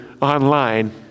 online